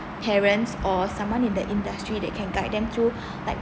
parents or someone in the industry that can guide them through li~